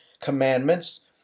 commandments